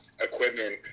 equipment